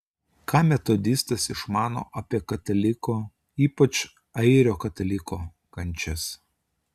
ką metodistas išmano apie kataliko ypač airio kataliko kančias